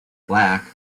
black